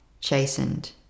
chastened